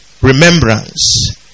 remembrance